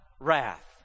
wrath